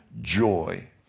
joy